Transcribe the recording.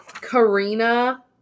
Karina